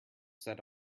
set